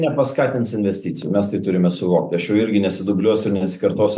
nepaskatins investicijų mes tai turime suvokti aš jau irgi nesidubliuos ir nesikartosiu